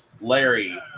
Larry